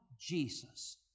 Jesus